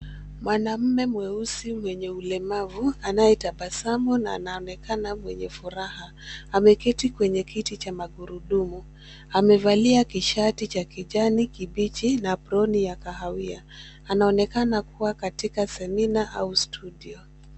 Mwanamme mweusi mwenye ulemavu anayetabasamu na anaonekana mwenye furaha. Ameketi kwenye kiti cha magurudumu; amevalia kishati cha kijani kibichi na aproni. Anaonekana kuwa katika semina au studio.